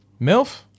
MILF